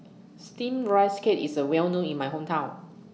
Steamed Rice Cake IS A Well known in My Hometown